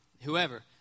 whoever